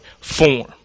form